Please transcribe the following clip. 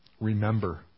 remember